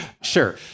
Sure